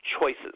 choices